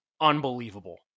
unbelievable